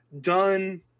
done